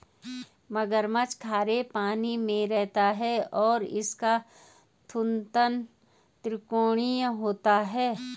मगरमच्छ खारे पानी में रहते हैं और इनका थूथन त्रिकोणीय होता है